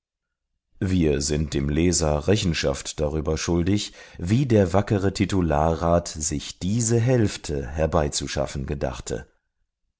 wir sind dem leser rechenschaft darüber schuldig wie der wackere titularrat sich diese hälfte herbeizuschaffen gedachte